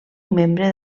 membre